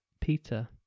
Peter